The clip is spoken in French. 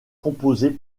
composée